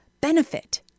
benefit